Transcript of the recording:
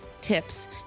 tips